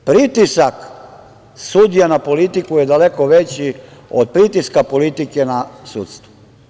Pritisak sudija na politiku je daleko veći od pritiska politike na sudstvo.